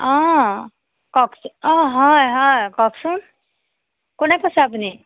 অ কওকচোন অঁ হয় হয় কওকচোন কোনে কৈছে আপুনি